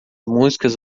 músicas